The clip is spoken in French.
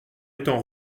étant